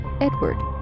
Edward